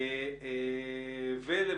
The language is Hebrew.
28,000 בניינים עם הרס כבד.